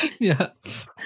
Yes